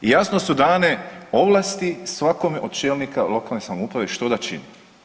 I jasno su dane ovlasti svakome od čelnika lokalne samouprave što da čini.